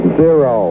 zero